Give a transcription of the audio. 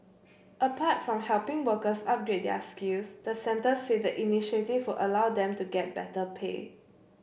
apart from helping workers upgrade their skills the centre said the initiative would allow them to get better pay